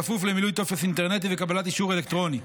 בכפוף למילוי טופס אינטרנטי וקבלת אישור אלקטרוני.